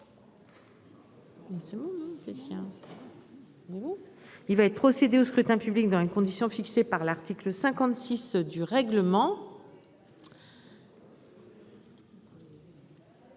il va être procédé au scrutin public dans les conditions fixées par l'article 56 du règlement.